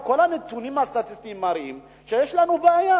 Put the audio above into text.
כל הנתונים הסטטיסטיים מראים שיש לנו בעיה.